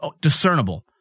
discernible